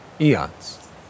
Eons